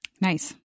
Nice